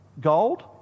Gold